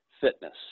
fitness